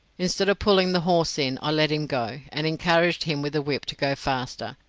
instead of pulling the horse in, i let him go, and encouraged him with the whip to go faster,